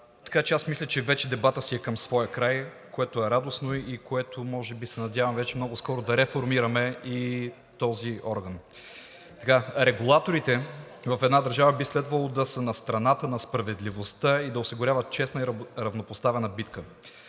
Така че аз мисля, че вече дебатът си е към своя край, което е радостно, и може би се надявам вече много скоро да реформираме и този орган. Регулаторите в една държава би следвало да са на страната на справедливостта и да осигуряват честна и равнопоставена битка.